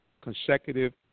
consecutive